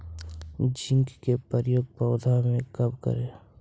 Zinc के प्रयोग पौधा मे कब करे?